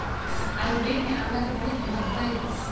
आयुर्वेद में आमला के बहुत महत्व हई